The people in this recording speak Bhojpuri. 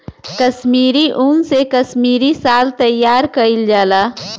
कसमीरी उन से कसमीरी साल तइयार कइल जाला